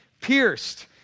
pierced